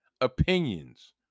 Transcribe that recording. opinions